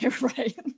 Right